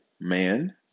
Man